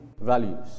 values